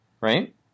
right